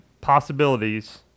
possibilities